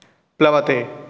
प्लवते